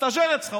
סטאז'ר אצלך,